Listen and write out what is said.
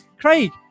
Craig